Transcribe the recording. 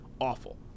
awful